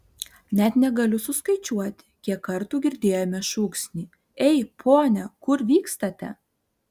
net negaliu suskaičiuoti kiek kartų girdėjome šūksnį ei pone kur vykstate